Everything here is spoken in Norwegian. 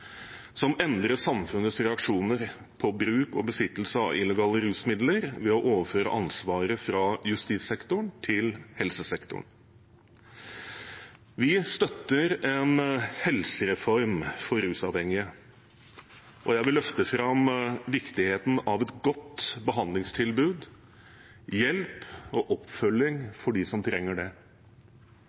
som endret samfunnets reaksjoner på bruk og besittelse av illegale rusmidler, ved å overføre ansvaret fra justissektoren til helsesektoren. Vi støtter en helsereform for rusavhengige, og jeg vil løfte fram viktigheten av et godt behandlingstilbud, hjelp og oppfølging for dem som trenger det.